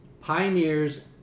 pioneers